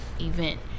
event